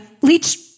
Leech